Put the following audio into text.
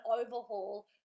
overhaul